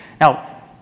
Now